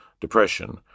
depression